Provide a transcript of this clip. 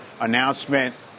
announcement